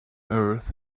earth